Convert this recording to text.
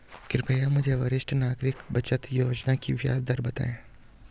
कृपया मुझे वरिष्ठ नागरिक बचत योजना की ब्याज दर बताएँ